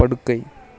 படுக்கை